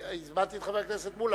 הזמנתי את חבר הכנסת מולה,